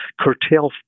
curtail